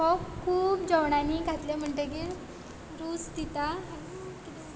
जो खूब जेवणांनी घातले म्हणटकीर रूच दिता